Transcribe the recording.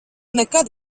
nekad